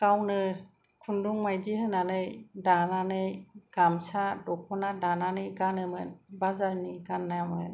गावनो खुन्दुं मायदि होनानै दानानै गामसा दखना दानानै गानोमोन बाजारनि गानामोन